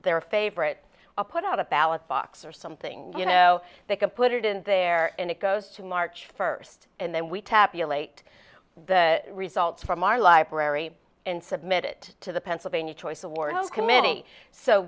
their favorite a put out a ballot box or something you know they can put it in there and it goes to march first and then we tabulate the results from our library and submit it to the pennsylvania choice awards committee so